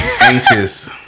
anxious